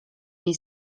jej